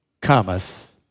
cometh